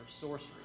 sorcery